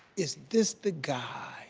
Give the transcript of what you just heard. is this the guy